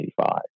1985